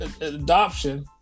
adoption